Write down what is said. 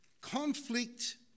Conflict